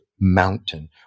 mountain